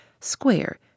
square